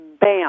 bam